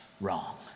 wrong